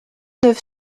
neuf